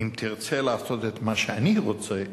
אם תרצה לעשות את מה שאני רוצה,